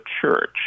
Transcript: Church